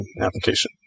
application